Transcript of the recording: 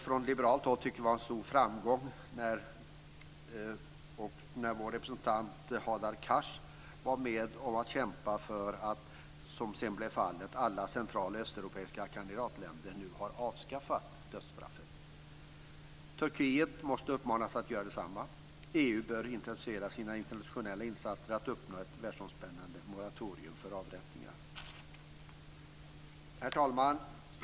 Från liberalt håll tycker vi att det är en stor framgång att alla central och östeuropeiska kandidatländer nu har avskaffat dödsstraffet. Vår representant Hadar Cars var med och kämpade för det. Turkiet måste uppmanas att göra detsamma. EU bör intensifiera sina internationella insatser för att uppnå ett världsomspännande moratorium för avrättningar. Herr talman!